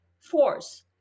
force